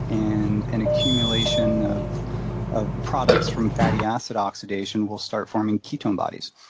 and an accumulation of of products from fatty acid oxidation will start forming ketone bodies.